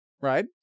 right